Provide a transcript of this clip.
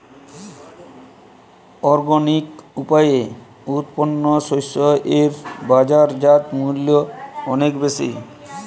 organic উপায়ে উৎপন্ন শস্য এর বাজারজাত মূল্য অনেক বেশি